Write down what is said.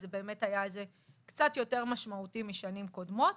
אז זה באמת היה קצת יותר משמעותי משנים קודמות,